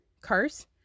curse